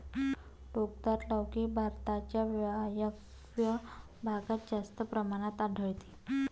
टोकदार लौकी भारताच्या वायव्य भागात जास्त प्रमाणात आढळते